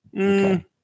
Okay